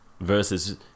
versus